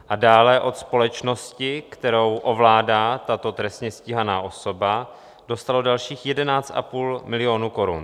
A dále od společnosti, kterou ovládá tato trestně stíhaná osoba, dostalo dalších 11,5 milionu korun.